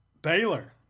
Baylor